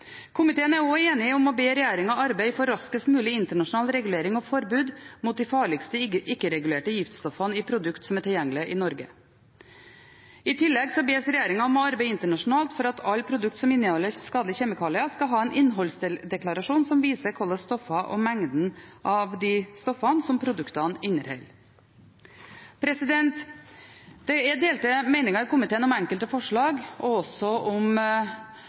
Komiteen er òg enig om å be regjeringen arbeide for raskest mulig internasjonal regulering og forbud mot de farligste ikke-regulerte giftstoffene i produkt som er tilgjengelige i Norge. I tillegg bes regjeringen arbeide internasjonalt for at alle produkt som inneholder skadelige kjemikalier, skal ha en innholdsdeklarasjon som viser hvilke stoffer, og mengden av de stoffene, som produktene inneholder. Det er delte meninger i komiteen om enkelte forslag og også om